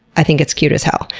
i think it's cute as hell.